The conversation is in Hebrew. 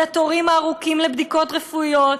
לתורים הארוכים לבדיקות רפואיות?